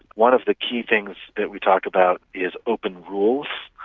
one of the key things that we talked about is open rules.